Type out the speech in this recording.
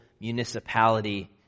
municipality